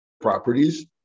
properties